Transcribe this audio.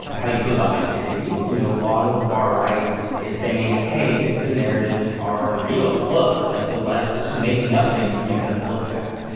how you feel about identities. you know, a lot of the far right is saying hey, victim narratives are ah real. look like, the left is just making up things to make us look bad.